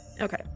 Okay